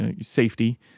safety